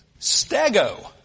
stego